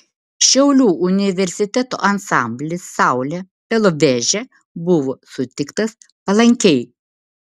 šiaulių universiteto ansamblis saulė beloveže buvo sutiktas palankiai